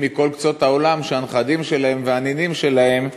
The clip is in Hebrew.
מכל קצות העולם שהנכדים שלהם והנינים שלהם,